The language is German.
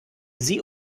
sie